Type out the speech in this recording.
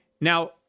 Now